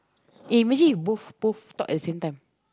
eh imagine if both both talk at the same time